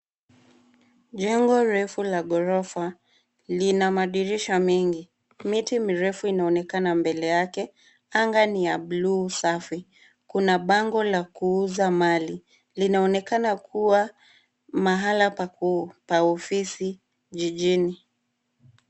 Jengo refu la ghorofa lina madirisha mengi. Miti mirefu inaonekana mbele yake. Anga ni ya bluu safi. Kuna bango la kuuza mali. Linaonekana kuwa mahala pa ofisi jijini.